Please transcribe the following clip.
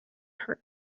hurt